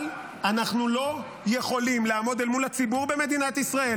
אבל אנחנו לא יכולים לעמוד אל מול הציבור במדינת ישראל